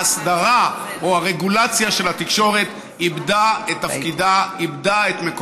ההסדרה או הרגולציה של התקשורת איבדה את תפקידה,